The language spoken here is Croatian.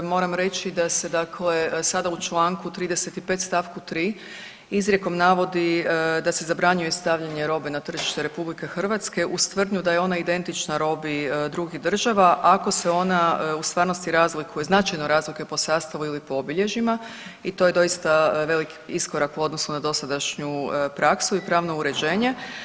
Moram reći da se dakle sada u čl. 35. st. 3. izrijekom navodi da se zabranjuje stavljanje robe na tržište RH uz tvrdnju da je ona identična robi drugih država ako se ona u stvarnosti razlikuje, značajno razlikuje po sastavu ili po obilježjima i to je doista veliki iskorak u odnosu na dosadašnju praksu i pravno uređenje.